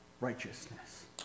righteousness